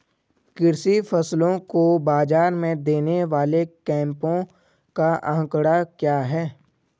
कृषि फसलों को बाज़ार में देने वाले कैंपों का आंकड़ा क्या है?